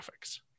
Graphics